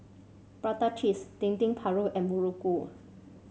Prata Cheese Dendeng Paru and muruku